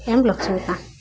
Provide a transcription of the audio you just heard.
M Laxmikanta